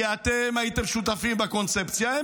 כי אתם הייתם שותפים בקונספציה.